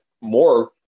more